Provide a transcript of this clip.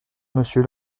monsieur